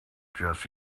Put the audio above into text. jesse